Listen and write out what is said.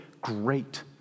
Great